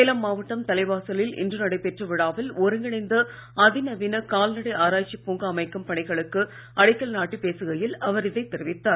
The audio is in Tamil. சேலம் மாவட்டம் தலைவாசலில் இன்று நடைபெற்ற விழாவில் ஒருங்கிணைந்த அதிநவீன கால்நடை ஆராய்ச்சி பூங்கா அமைக்கும் பணிகளுக்கு அடிக்கல் நாட்டி பேசுகையில் அவர் இதை தெரிவித்தார்